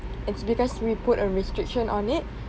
it's because we put a restriction on it